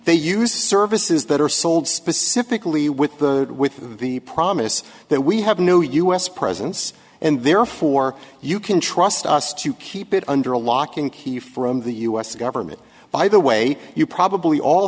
they use services that are sold specifically with the with the promise that we have no u s presence and therefore you can trust us to keep it under a lock and key from the us government by the way you probably all